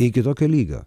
iki tokio lygio